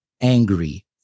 angry